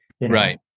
right